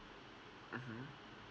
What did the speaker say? mmhmm